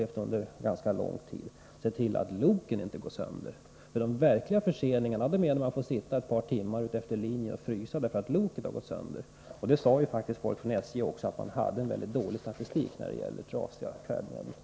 Jag har under en ganska lång tid upplevt att de verkligt kraftiga förseningarna — när man får sitta och frysa i ett par timmar utefter linjen — har berott på att loket har gått sönder. Folk från SJ har också sagt att man där faktiskt har en mycket dålig statistik när det gäller trasiga färdmedel.